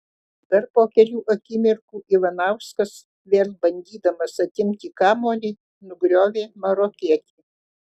dar po kelių akimirkų ivanauskas vėl bandydamas atimti kamuolį nugriovė marokietį